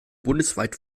bundesweit